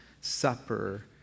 Supper